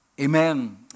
Amen